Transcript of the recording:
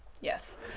Yes